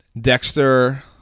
Dexter